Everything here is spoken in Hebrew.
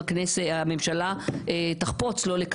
לאחר המילים 'לא כונסה ישיבת הממשלה כאמור תוך שלושה ימים מהגשת